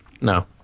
No